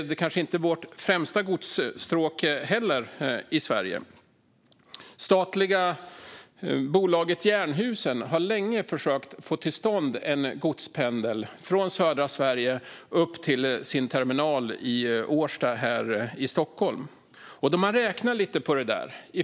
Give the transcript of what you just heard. Det kanske heller inte är Sveriges främsta godsstråk. Statliga bolaget Jernhusen har länge försökt få till stånd en godspendel från södra Sverige upp till terminalen i Årsta här i Stockholm. De har räknat lite på det.